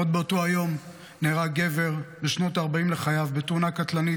עוד באותו היום נהרג גבר בשנות הארבעים לחייו בתאונה קטלנית,